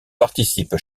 participe